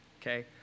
okay